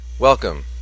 Welcome